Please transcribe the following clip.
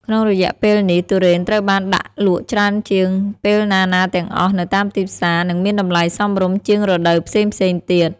ក្នុងរយៈពេលនេះ ទុរេនត្រូវបានដាក់លក់ច្រើនជាងពេលណាៗទាំងអស់នៅតាមទីផ្សារ និងមានតម្លៃសមរម្យជាងរដូវផ្សេងៗទៀត។